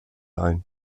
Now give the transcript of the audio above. ein